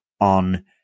on